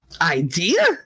idea